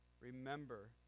remember